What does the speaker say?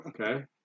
Okay